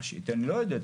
אני לא יודע.